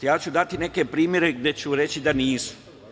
Ja ću dati neke primere gde ću reći da nisu.